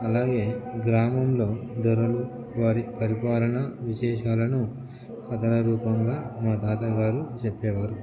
అలాగే గ్రామంలో దొరలు వారి పరిపాలన విశేషాలను కథల రూపంగా మా తాతగారు చెప్పేవారు